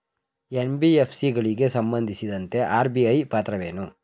NBFC ಗಳಿಗೆ ಸಂಬಂಧಿಸಿದಂತೆ RBI ಪಾತ್ರವೇನು?